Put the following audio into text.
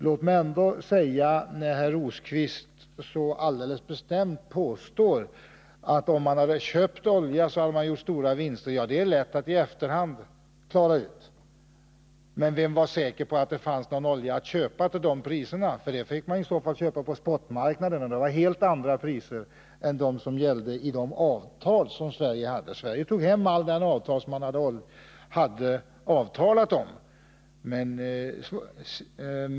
Låt mig ändå säga, när herr Rosqvist så alldeles bestämt påstod att man hade gjort stora vinster om man hade köpt olja, att det är lätt att vara klok i efterhand. Men vem var säker på att det fanns någon olja att köpa till de priserna? Skulle man köpa fick man köpa på spotmarknaden, och det var helt andra priser än dem som gällde enligt de avtal Sverige hade. Sverige tog hem all den olja som vi hade avtalat om.